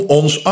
ons